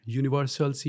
universal